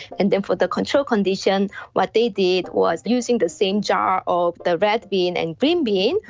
and then for the control condition what they did was using the same jar of the red bean and green bean,